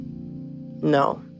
No